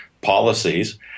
policies